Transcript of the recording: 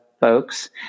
folks